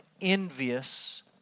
envious